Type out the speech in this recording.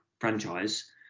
franchise